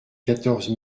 quatorze